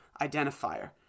identifier